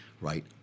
right